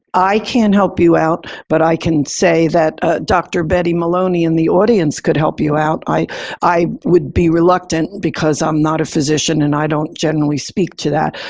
i can help you out. but i can say that ah dr. betty maloney in the audience could help you out. i i would be reluctant because i'm not a physician and i don't generally speak to that.